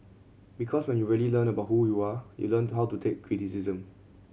because when you really learn about who you are you learn to how to take criticism